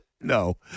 No